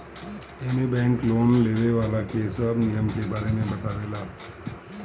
एमे bank loan लेवे वाला के सब नियम के बारे में बतावे ला